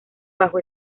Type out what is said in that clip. bajo